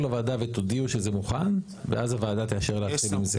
לוועדה ותודיעו שזה מוכן ואז הוועדה תאשר להתחיל עם זה.